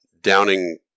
downing